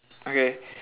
okay